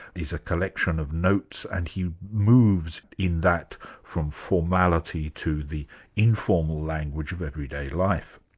is a collection of notes and he moves in that from formality to the informal language of everyday life.